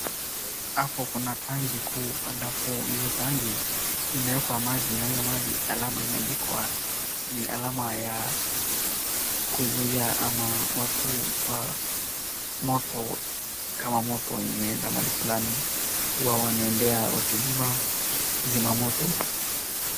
Hapo kuna tangi kuu halafu hiyo tangi imewekwa maji na hiyo maji alama imeandikwa, ni alama ya kuzuia ama watu wa moto, kama moto imeenda mahali fulani huwa wanaendea wakizima moto.